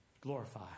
glorify